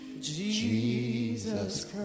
Jesus